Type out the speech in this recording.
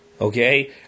Okay